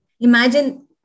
Imagine